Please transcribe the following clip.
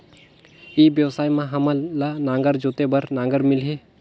ई व्यवसाय मां हामन ला नागर जोते बार नागर मिलही?